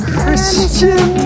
Christian